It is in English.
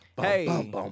Hey